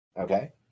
Okay